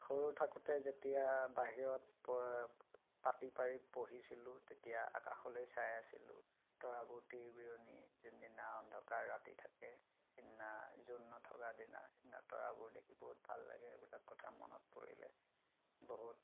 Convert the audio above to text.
সৰু থাকোঁতে যেতিয়া বাহিৰত পাটি পাৰি পঢ়িছিলোঁ তেতিয়া আকাশলৈ চাই আছিলোঁ তৰাবোৰ তিৰবিৰণী যোনদিনা অন্ধকাৰ ৰাতি থাকে সিদিনা জোন নথকাদিনা সিদিনা তৰাবোৰ দেখি বহুত ভাল লাগে সেইবিলাক কথা মনত পৰিলে বহুত